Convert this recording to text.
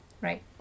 Right